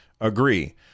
agree